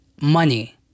money